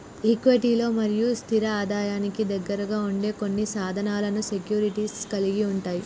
ఈక్విటీలు మరియు స్థిర ఆదాయానికి దగ్గరగా ఉండే కొన్ని సాధనాలను సెక్యూరిటీస్ కలిగి ఉంటయ్